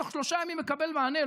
בתוך שלושה ימים מקבל מענה.